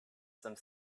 some